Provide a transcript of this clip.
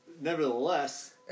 nevertheless